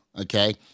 okay